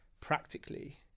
practically